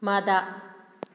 ꯃꯗꯥ